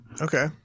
Okay